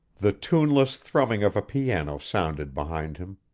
the tuneless thrumming of a piano sounded behind him.